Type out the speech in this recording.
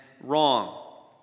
wrong